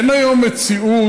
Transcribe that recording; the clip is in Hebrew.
אין היום מציאות